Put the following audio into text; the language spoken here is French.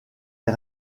les